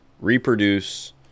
reproduce